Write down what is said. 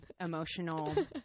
emotional